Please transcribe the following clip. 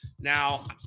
now